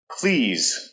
please